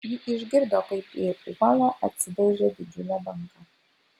ji išgirdo kaip į uolą atsidaužė didžiulė banga